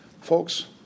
Folks